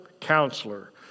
Counselor